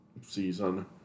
season